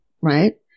right